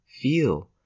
feel